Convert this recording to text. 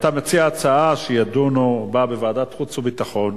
אתה מציע שידונו בהצעות בוועדת החוץ והביטחון,